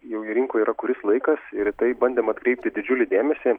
jau ji rinkoje yra kuris laikas ir taip bandėm atkreipti didžiulį dėmesį